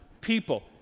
people